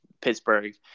pittsburgh